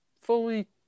Fully